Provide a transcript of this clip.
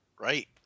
Right